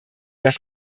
das